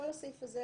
כל הסעיף הזה,